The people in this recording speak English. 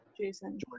Jason